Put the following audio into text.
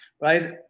right